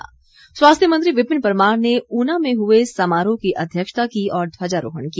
ऊना समारोह स्वास्थ्य मंत्री विपिन परमार ने ऊना में हुए समारोह की अध्यक्षता की और ध्वजारोहण किया